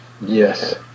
Yes